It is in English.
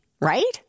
right